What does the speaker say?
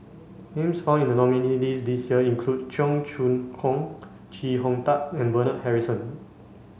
names found in the nominees' list this year include Cheong Choong Kong Chee Hong Tat and Bernard Harrison